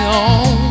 on